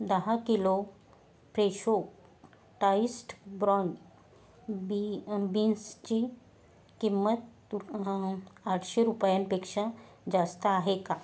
दहा kilo Fresho diced brand बी बीन्सची किंमत आठशे रुपयांपेक्षा जास्त आहे का